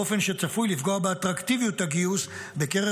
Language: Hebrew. באופן שצפוי לפגוע באטרקטיביות הגיוס בקרב